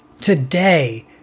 Today